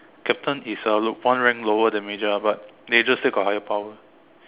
captain is uh low one rank lower than major ah but major still got higher power